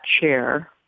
chair